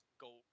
go